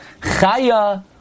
Chaya